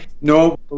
no